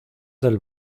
del